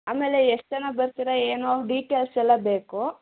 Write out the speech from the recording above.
ಆಮೇಲೆ ಎಷ್ಟು ಜನ ಬರ್ತೀರ ಏನು ಡೀಟೇಲ್ಸ್ ಎಲ್ಲ ಬೇಕು